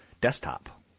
desktop